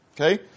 Okay